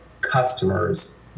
customers